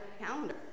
calendar